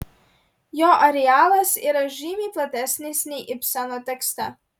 jo arealas yra žymiai platesnis nei ibseno tekste